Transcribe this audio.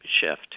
shift